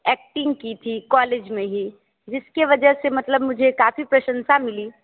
acting की थी college में ही जिसके वजह से मतलब मुझे काफ़ी प्रशंसा मिली